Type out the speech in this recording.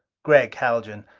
gregg haljan,